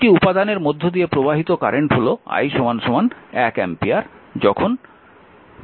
একটি উপাদানের মধ্য দিয়ে প্রবাহিত কারেন্ট হল i 1 অ্যাম্পিয়ার যখন 0 t 1 হয়